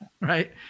right